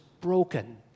broken